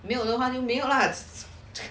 没有的话就没有 lah